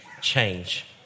change